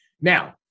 Now